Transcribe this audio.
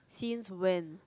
since when